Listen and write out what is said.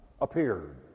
appeared